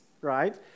right